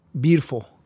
beautiful